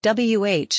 Wh